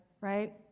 right